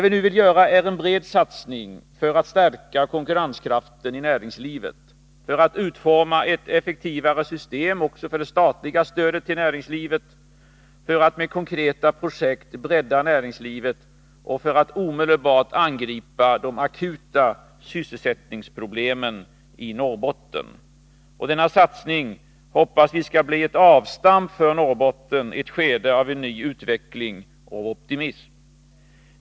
Vi vill även göra en bred satsning för att stärka konkurrens = Nr 143 kraften i näringslivet, för att utforma ett effektivare system för det statliga stödet till näringslivet för att med konkreta projekt bredda näringslivet och för att omedelbart angripa de akuta sysselsättningsproblemen i Norrbotten. Denna satsning hoppas vi skall bli ett avstamp för Norrbotten i ett skede av en ny utveckling och optimism.